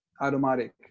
automatic